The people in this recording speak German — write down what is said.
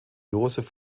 josef